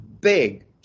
big